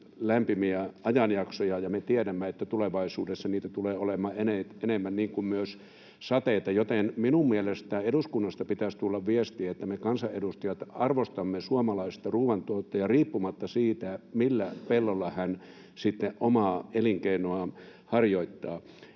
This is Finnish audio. lämpimiä ajanjaksoja. Me tiedämme, että tulevaisuudessa niitä tulee olemaan enemmän, niin kuin myös sateita, joten minun mielestäni eduskunnasta pitäisi tulla viesti, että me kansanedustajat arvostamme suomalaista ruoantuottajaa riippumatta siitä, millä pellolla hän sitten omaa elinkeinoaan harjoittaa.